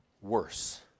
worse